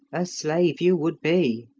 a slave you would be.